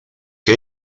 que